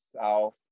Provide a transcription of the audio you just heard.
South